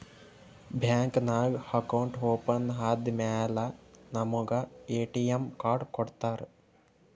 bank ನಾಗ್ account open ಆದಮ್ಯಾಲ ನಮುಗ ಎ.ಟಿ.ಎಮ್ ಕಾರ್ಡ್ ಕೊಡ್ತಾರ್